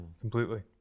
Completely